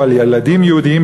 או על ילדים יהודים,